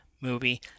movie